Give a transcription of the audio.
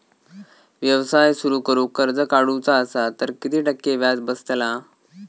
व्यवसाय सुरु करूक कर्ज काढूचा असा तर किती टक्के व्याज बसतला?